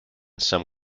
some